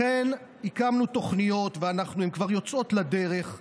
לכן הקמנו תוכניות, והן כבר יוצאות לדרך,